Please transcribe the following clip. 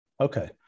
okay